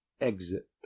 Exit